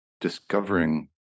discovering